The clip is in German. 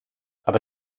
aber